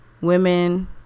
women